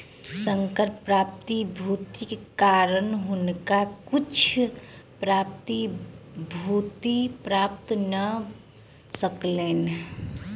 संकर प्रतिभूतिक कारणेँ हुनका किछ प्रतिभूति प्राप्त भ सकलैन